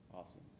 Awesome